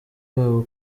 babo